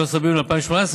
13 ביוני 2018,